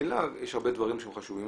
וממילא יש הרבה דברים שהם חשובים,